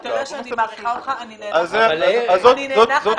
אתה יודע שאני מעריכה אותך אבל אני נאנחת.